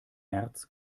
märz